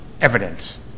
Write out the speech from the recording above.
evidence